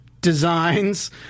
designs